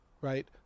right